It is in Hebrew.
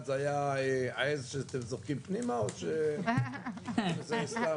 זה היה עז שאתם זורקים פנימה או שזה סתם?